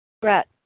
Brett